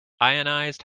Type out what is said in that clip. ionized